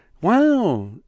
Wow